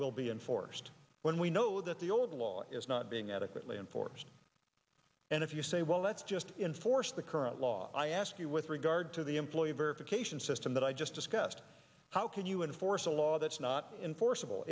will be enforced when we know that the old law is not being adequately enforced and if you say well let's just enforce the current law i ask you with regard to the employer verification system that i just discussed how can you enforce a law that's not enforceable